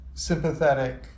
Sympathetic